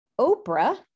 Oprah